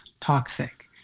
toxic